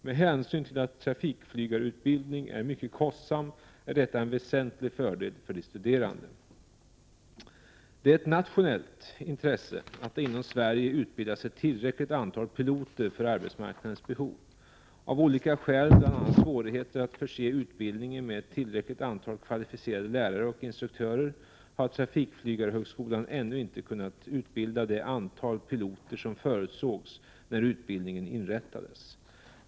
Med hänsyn till att trafikflygarutbildning är mycket kostsam är detta en väsentlig fördel för de studerande. Det är ett nationellt intresse att det inom Sverige utbildas ett tillräckligt antal piloter för arbetsmarknadens behov. Av olika skäl, bl.a. svårigheter att förse utbildningen med ett tillräckligt antal kvalificerade lärare och instruktörer, har trafikflygarhögskolan ännu inte kunnat utbilda det antal piloter som förutsågs när utbildningen inrättades.